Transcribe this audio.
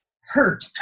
hurt